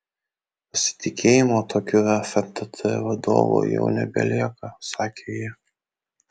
pasitikėjimo tokiu fntt vadovu jau nebelieka sakė ji